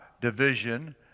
division